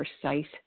precise